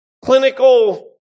clinical